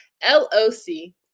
L-O-C